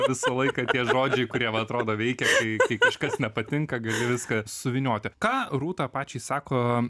visą laiką tie žodžiai kurie va atrodo veikia kai kai kažkas nepatinka gali viską suvynioti ką rūta pačiai sako